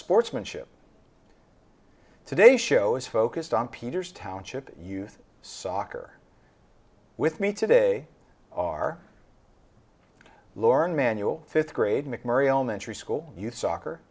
sportsmanship today show is focused on peter's township youth soccer with me today are lauren manual fifth grade mcmurry elementary school youth soccer